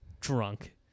drunk